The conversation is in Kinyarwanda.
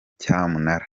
cyamunara